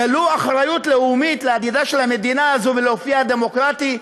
גלו אחריות לאומית לעתידה של המדינה הזו ולאופייה הדמוקרטי,